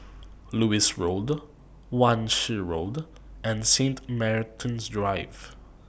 Lewis Road Wan Shih Road and Saint Martin's Drive